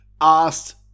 asked